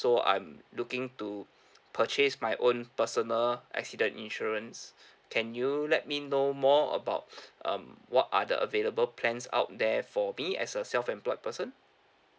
so I'm looking to purchase my own personal accident insurance can you let me know more about um what are the available plans out there for me as a self-employed person